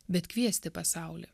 bet kviesti pasaulį